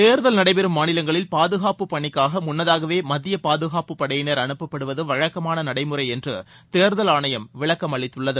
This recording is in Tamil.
தேர்தல் நடைபெறும் மாநிலங்களில் பாதுகாப்புப் பணிக்காக முன்னதாகவே மத்திய பாதுகாப்புப் படையினர் அனுப்பப்படுவது வழக்கமான நடைமுறை என்று தலைமைத் தேர்தல் ஆணையம் விளக்கமளித்துள்ளது